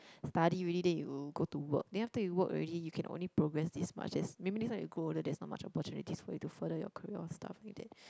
study already then you go to work then after that you work already you can only progress this much as maybe next time you grow older there's not much opportunities for you to further your career or stuff like that